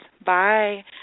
Bye